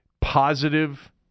positive